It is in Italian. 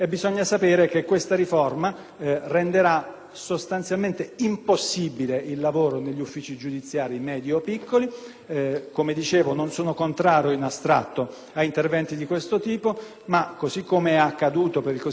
sostanzialmente impossibile il lavoro negli uffici giudiziari medi o piccoli. Come dicevo, non sono contrario in astratto ad interventi di questo tipo, ma così come è accaduto per il cosiddetto federalismo fiscale, che è stato approvato senza